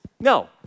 No